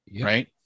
right